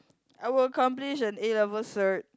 I will accomplish an A-level cert